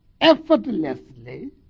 effortlessly